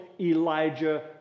Elijah